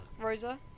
Rosa